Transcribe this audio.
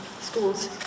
schools